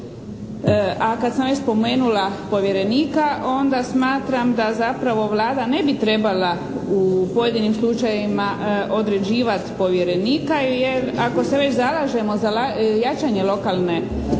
A kad sam već spomenula povjerenika onda smatram da zapravo Vlada ne bi trebala u pojedinim slučajevima određivati povjerenika jel' ako se već zalažemo za jačanje lokalne i